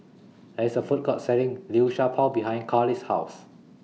There IS A Food Court Selling Liu Sha Bao behind Karli's House